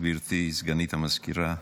גברתי סגנית המזכירה.